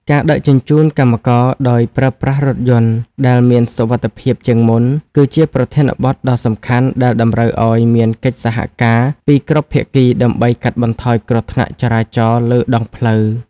ការដឹកជញ្ជូនកម្មករដោយប្រើប្រាស់រថយន្តដែលមានសុវត្ថិភាពជាងមុន គឺជាប្រធានបទដ៏សំខាន់ដែលតម្រូវឱ្យមានកិច្ចសហការពីគ្រប់ភាគីដើម្បីកាត់បន្ថយគ្រោះថ្នាក់ចរាចរណ៍លើដងផ្លូវ។